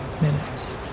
minutes